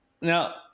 Now